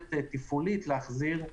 יכולת תפעולית להחזיר.